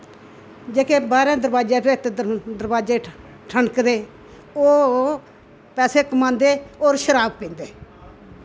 जेह्के बाह्रे दरवाजे भैत दरवाजे ठांकदे ओह् पैसे कमांदे होर शराब पिन्दे